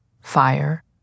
fire